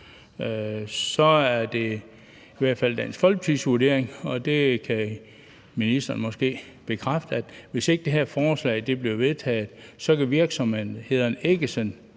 så er det i hvert fald Dansk Folkepartis vurdering – og det kan ministeren måske bekræfte – at hvis ikke det her forslag bliver vedtaget, kan virksomhederne